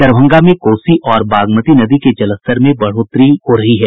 दरभंगा में कोसी और बागमती नदी के जलस्तर में बढ़ोतरी हो रही है